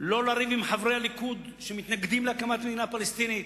לא לריב עם חברי הליכוד שמתנגדים להקמת מדינה פלסטינית.